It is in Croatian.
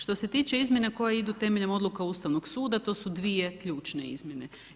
Što se tiče izmjena koje idu temeljem odluka Ustavnog suda to su dvije ključne izmjene.